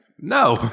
no